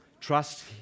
Trust